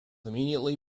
immediately